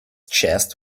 chest